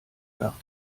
nach